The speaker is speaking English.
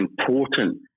important